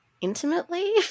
intimately